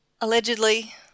Allegedly